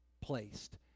placed